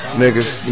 niggas